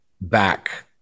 back